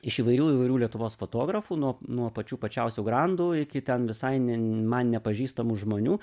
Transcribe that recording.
iš įvairių įvairių lietuvos fotografų nuo nuo pačių pačiausių grandų iki ten visai ne man nepažįstamų žmonių